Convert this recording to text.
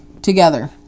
Together